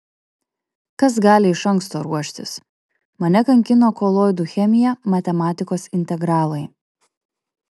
kas gali iš anksto ruoštis mane kankino koloidų chemija matematikos integralai